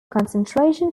concentration